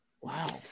Wow